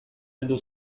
heldu